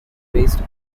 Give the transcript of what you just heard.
based